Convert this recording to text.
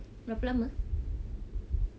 berapa lama